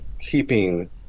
keeping